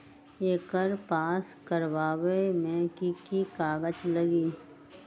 एकर पास करवावे मे की की कागज लगी?